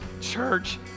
church